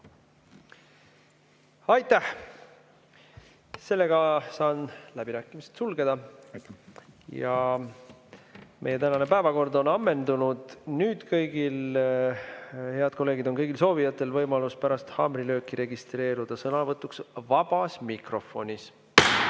Aitäh! Saan läbirääkimised sulgeda ja meie tänane päevakord on ammendunud. Nüüd, head kolleegid, on kõigil soovijatel võimalus pärast haamrilööki registreeruda sõnavõtuks vabas mikrofonis.